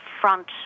front